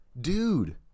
dude